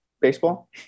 baseball